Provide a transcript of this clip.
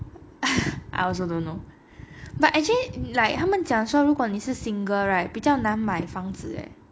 I also don't know but actually like 他们讲说如果你是 single right 比较难买房子 eh